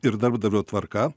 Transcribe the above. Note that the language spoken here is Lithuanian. ir darbdavio tvarka